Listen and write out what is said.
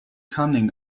cunning